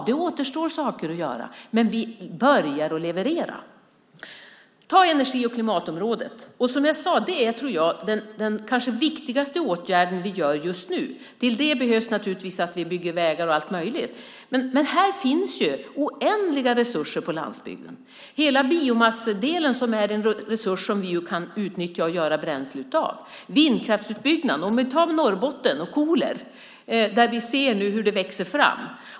Det återstår saker att göra, men vi börjar leverera. Energi och klimatområdet är kanske det viktigaste området just nu. Därtill behövs naturligtvis att vi bygger vägar och annat. Det finns oändliga resurser på landsbygden. Vi har biomassan som är en resurs som vi kan utnyttja och göra bränsle av. Vi har vindkraftsutbyggnaden. I Norrbotten och Koler ser vi nu hur det växer fram.